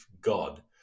God